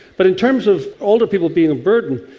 but in terms of older people being a burden,